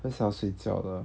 想睡觉的